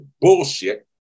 bullshit